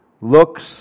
looks